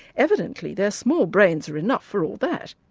evidently their small brains are enough for all that.